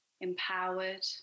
empowered